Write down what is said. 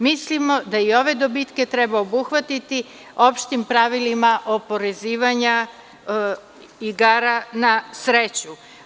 Mislimo da i ove dobitke treba obuhvatiti opštim pravilima oporezivanja igara na sreću.